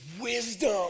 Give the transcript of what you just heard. wisdom